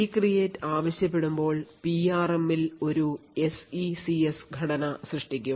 ECREATE ആവശ്യപ്പെടുമ്പോൾ പിആർഎമ്മിൽ PRMProcessor Related Memory ഒരു SECS ഘടന സൃഷ്ടിക്കും